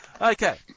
Okay